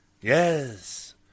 Yes